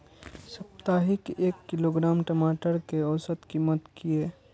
साप्ताहिक एक किलोग्राम टमाटर कै औसत कीमत किए?